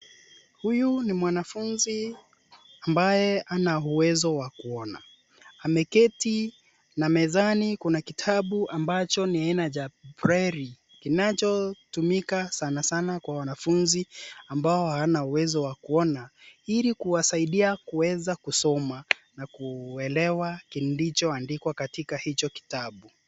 Huyu ni mwanafunzi ambaye hana uwezo wa kuona. Ameketi na mezani kuna kitabu ambacho ni aina za braille kinachotumika sanasana kwa wanafunzi ambao hawana uwezo wa kuona, ili kuwasaidia kuweza kusoma na kuelewa kilicho andikwa katika hicho kitabu.